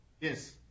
Yes